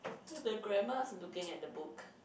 so the grandma's looking at the book